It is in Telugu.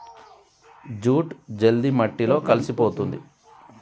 జూట్ జల్ది మట్టిలో కలిసిపోతుంది